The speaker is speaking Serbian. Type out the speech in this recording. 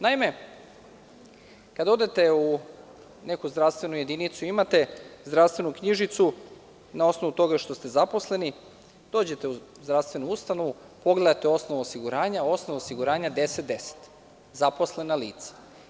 Naime, kada odete u neku zdravstvenu jedinicu, imate zdravstvenu knjižicu na osnovu toga što ste zaposleni, dođete u zdravstvenu ustanovu, pogledate osnov osiguranja i osnov osiguranja je 1010 – zaposlena lica.